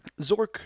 Zork